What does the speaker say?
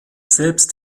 selbst